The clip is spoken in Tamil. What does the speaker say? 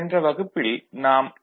சென்ற வகுப்பில் நாம் டி